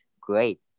great